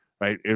right